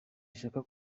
ishaka